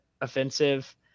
offensive